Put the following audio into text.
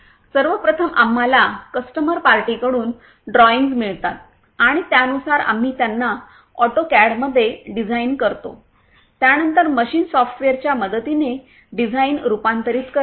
सर्वप्रथम आम्हाला कस्टमर पार्टीकडून ड्रॉईंग्ज मिळतात आणि त्यानुसार आम्ही त्यांना ऑटोकॅडमध्ये डिझाइन करतो त्यानंतर मशीन सॉफ्टवेयरच्या मदतीने डिझाइन रुपांतरित करते